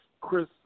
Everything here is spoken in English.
Chris